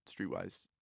Streetwise